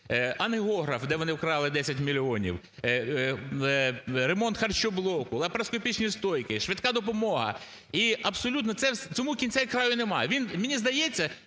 Ангіограф, де вони вкрали 10 мільйонів, ремонт харчоблоку, лапароскопічні стойки, швидка допомога і абсолютно цьому кінця й краю немає.